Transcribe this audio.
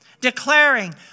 declaring